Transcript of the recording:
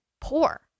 poor